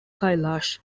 kailash